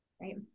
Right